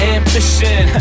ambition